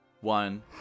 One